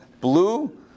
Blue